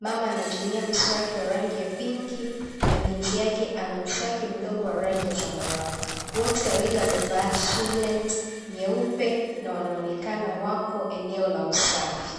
Mama anatumia mswaki wa rangi ya pinki na binti yake ana mswaki mdogo wa rangi ya zambarau wote wawili wamevaa singilendi nyeupe na wanaonekana wako eneo la usafi.